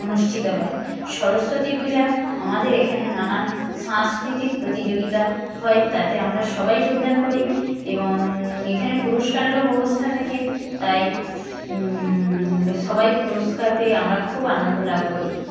অনুষ্ঠিত হয় সরস্বতী পূজা আমাদের এখানে নানান সাংস্কৃতিক প্রতিযোগিতা হয় তাতে আমরা সবাই যোগদান করি এবং এখানে পুরস্কারেরও ব্যবস্থা থাকে তাই সবাই পুরস্কার পেয়ে আমরা খুব আনন্দ লাভ করি